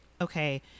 okay